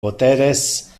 poteres